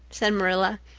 said marilla.